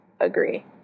Agree